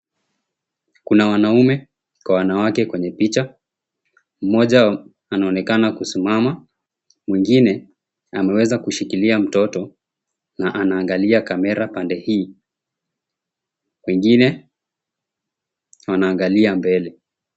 Kuna wanaume kwa wanawake kwenye picha mmoja anaonekana kusimama mwengine ameweza kushikilia mtoto na anaangalia kamera pande hii, pengine anaangalia mbele.